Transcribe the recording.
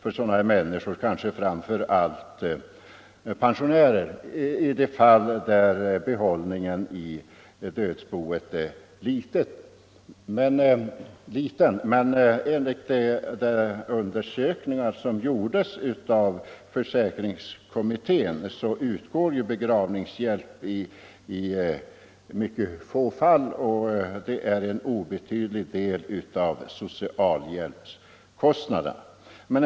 Detta gäller kanske framför allt pensionärer i de fall då behållningen i dödsboet är liten. Enligt de undersökningar som gjorts av försäkringskommittén utgår begråvningshjälp i mycket få fall. Det är en obetydlig del av socialhjälpskostnaden.